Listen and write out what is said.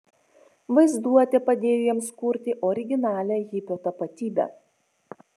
vaizduotė padėjo jiems kurti originalią hipio tapatybę